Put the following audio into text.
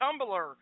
Tumblr